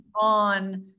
on